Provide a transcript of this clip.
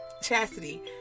chastity